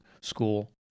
school